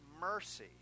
mercy